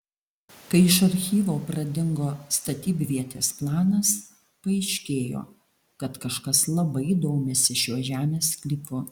kai iš archyvo pradingo statybvietės planas paaiškėjo kad kažkas labai domisi šiuo žemės sklypu